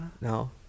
No